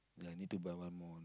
ya need to buy one more